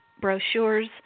brochures